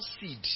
seed